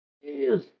Yes